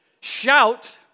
shout